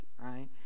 right